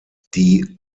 die